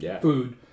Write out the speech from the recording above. food